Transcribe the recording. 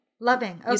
Loving